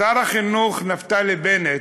שר החינוך, נפתלי בנט,